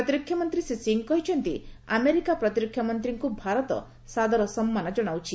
ପ୍ରତିରକ୍ଷା ମନ୍ତ୍ରୀ ଶ୍ରୀ ସିଂହ କହିଛନ୍ତି ଆମେରିକା ପ୍ରତିରକ୍ଷା ମନ୍ତ୍ରୀଙ୍କୁ ଭାରତ ସାଦର ସମ୍ମାନ ଜଣାଉଛି